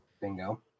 Bingo